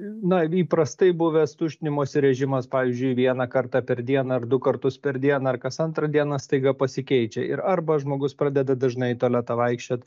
na įprastai buvęs tuštinimosi režimas pavyzdžiui vieną kartą per dieną ar du kartus per dieną ar kas antrą dieną staiga pasikeičia ir arba žmogus pradeda dažnai į tualetą vaikščiot